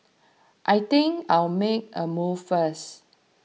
I think I'll make a move first